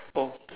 oh